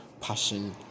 passion